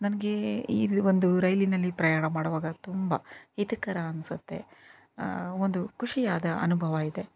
ನನ್ಗೆ ಈವೊಂದು ರೈಲಿನಲ್ಲಿ ಪ್ರಯಾಣ ಮಾಡೋವಾಗ ತುಂಬ ಹಿತಕರ ಅನ್ಸುತ್ತೆ ಒಂದು ಖುಷಿಯಾದ ಅನುಭವ ಇದೆ